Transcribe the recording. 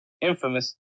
Infamous